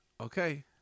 okay